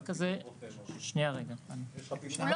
לתקרת הצריכה ברוטו שנקבעה לשירות כאמור לא יותר מ־55%